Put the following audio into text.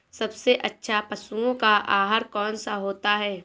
सबसे अच्छा पशुओं का आहार कौन सा होता है?